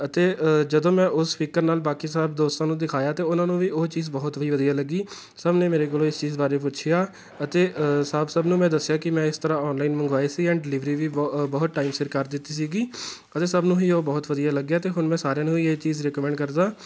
ਅਤੇ ਜਦੋਂ ਮੈਂ ਉਸ ਸਪੀਕਰ ਨਾਲ ਬਾਕੀ ਸਭ ਦੋਸਤਾਂ ਨੂੰ ਦਿਖਾਇਆ ਤਾਂ ਉਹਨਾਂ ਨੂੰ ਵੀ ਉਹ ਚੀਜ਼ ਬਹੁਤ ਵੀ ਵਧੀਆ ਲੱਗੀ ਸਭ ਨੇ ਮੇਰੇ ਕੋਲੋਂ ਇਸ ਚੀਜ਼ ਬਾਰੇ ਪੁੱਛਿਆ ਅਤੇ ਸਭ ਸਭ ਨੂੰ ਮੈਂ ਦੱਸਿਆ ਕਿ ਮੈਂ ਇਸ ਤਰ੍ਹਾਂ ਔਨਲਾਈਨ ਮੰਗਵਾਏ ਸੀ ਐਂਡ ਡਿਲੀਵਰੀ ਵੀ ਬਹੁ ਬਹੁਤ ਟਾਈਮ ਸਿਰ ਕਰ ਦਿੱਤੀ ਸੀਗੀ ਅਤੇ ਸਭ ਨੂੰ ਹੀ ਉਹ ਬਹੁਤ ਵਧੀਆ ਲੱਗਿਆ ਅਤੇ ਹੁਣ ਮੈਂ ਸਾਰਿਆਂ ਨੂੰ ਹੀ ਇਹ ਚੀਜ਼ ਰਿਕਮੈਂਡ ਕਰਦਾ